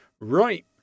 right